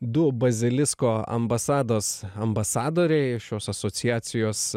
du bazilisko ambasados ambasadoriai šios asociacijos